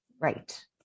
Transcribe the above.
Right